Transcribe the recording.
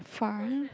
foreign